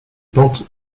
pentes